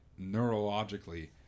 neurologically